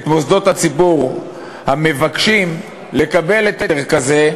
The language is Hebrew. שמוסדות הציבור המבקשים לקבל היתר כזה,